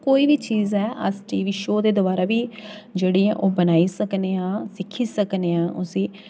ते कोई बी चीज़ ऐ अस टीवी शो दे दबारा बी जेह्ड़ी ऐ ओह् बनाई सकने आं सिक्ख़ी सकने आं उसी